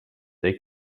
they